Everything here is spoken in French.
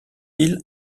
ils